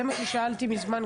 זה מה ששאלתי כבר מזמן.